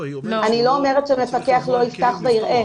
אני לא אומרת שמפקח לא יפתח ויראה.